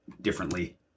differently